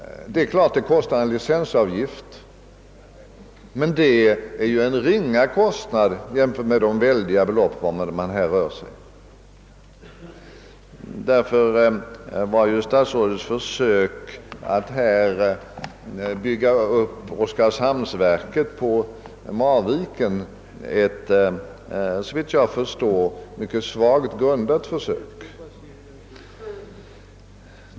Detta kostar naturligtvis en : licensavgift, men den kostnaden är ringa jämförd med de väldiga belopp varmed man här rör sig. Därför var statsrådets försök att bygga upp Oskarshamnsverket på Marviken ett såvitt jag förstår mycket svagt grundat försök.